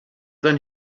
then